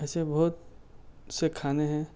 ایسے بہت سے کھانے ہیں